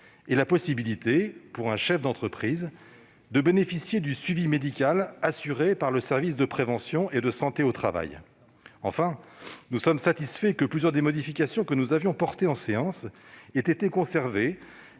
et la possibilité, pour un chef d'entreprise, de bénéficier du suivi médical assuré par le service de prévention et de santé au travail. Enfin, nous sommes satisfaits que plusieurs des modifications que nous avions défendues en séance aient été conservées,